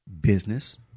business